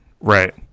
Right